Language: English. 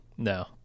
No